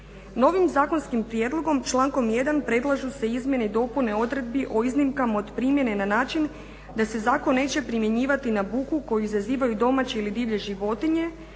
Novim zakonskim prijedlogom, člankom 1. predlažu se izmjene i dopune odredbi o iznimkama od primjene na način da se zakon neće primjenjivati na buku koju izazivaju domaće ili divlje životinje,